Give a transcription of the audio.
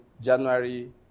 January